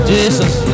Jesus